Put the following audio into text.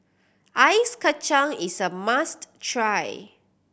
ice kacang is a must try